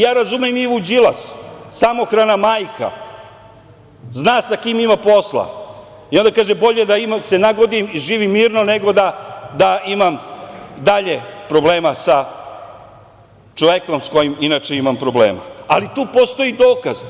Ja razumem Ivu Đilas, samohrana majka, zna sa kime ima posla i onda kaže – bolje da se nagodim i živim mirno, nego da imam dalje problema sa čovekom sa kojim inače imam problema, ali tu postoji dokaz.